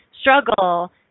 struggle